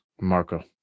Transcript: Marco